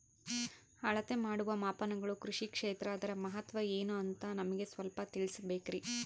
ಅಳತೆ ಮಾಡುವ ಮಾಪನಗಳು ಕೃಷಿ ಕ್ಷೇತ್ರ ಅದರ ಮಹತ್ವ ಏನು ಅಂತ ನಮಗೆ ಸ್ವಲ್ಪ ತಿಳಿಸಬೇಕ್ರಿ?